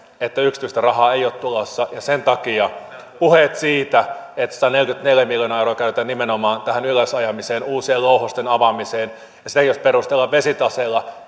että yksityistä rahaa ei ole tulossa sen takia puheet siitä että sataneljäkymmentäneljä miljoonaa euroa käytetään nimenomaan tähän ylösajamiseen ja uusien louhosten avaamiseen ja sitä perustellaan vesitaseella